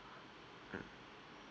mm